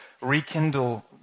rekindle